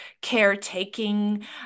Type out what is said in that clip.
caretaking